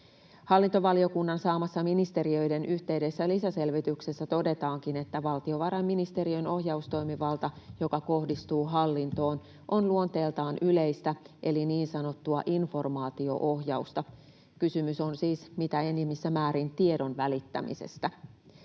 Hallintovaliokunnan saamassa ministeriöiden yhteisessä lisäselvityksessä todetaankin, että valtiovarainministeriön ohjaustoimivalta, joka kohdistuu hallintoon, on luonteeltaan yleistä eli niin sanottua informaatio-ohjausta. Kysymys on siis mitä enimmissä määrin tiedon välittämisestä.